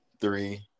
three